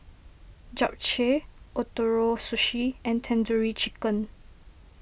Japchae Ootoro Sushi and Tandoori Chicken